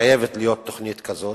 וחייבת להיות תוכנית כזאת.